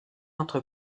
entre